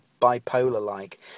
bipolar-like